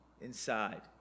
inside